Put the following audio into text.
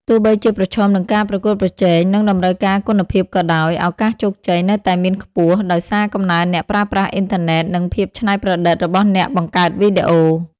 ទោះបីជាប្រឈមនឹងការប្រកួតប្រជែងនិងតម្រូវការគុណភាពក៏ដោយ ឱកាសជោគជ័យនៅតែមានខ្ពស់ ដោយសារកំណើនអ្នកប្រើប្រាស់អ៊ីនធឺណិតនិងភាពច្នៃប្រឌិតរបស់អ្នកបង្កើតវីដេអូ។